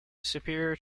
superior